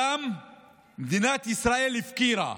אותם מדינת ישראל הפקירה.